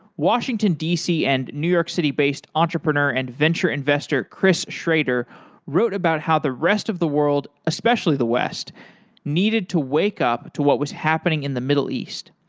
washington d c. and new york city-based entrepreneur and venture investor chris schrader wrote about how the rest of the world especially the west needed to wake up to what was happening in the middle east.